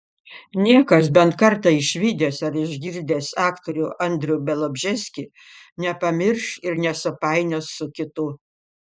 niekas bent kartą išvydęs ar išgirdęs aktorių andrių bialobžeskį nepamirš ir nesupainios su kitu